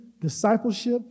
discipleship